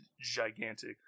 gigantic